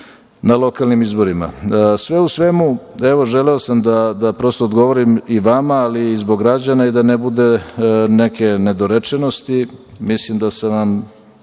na lokalnim izborima. Sve u svemu, želeo sam da, prosto, odgovorim i vama, ali i zbog građana i da ne bude neke nedorečenosti. Mislim da sam vam